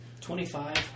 Twenty-five